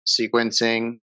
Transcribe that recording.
sequencing